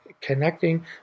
connecting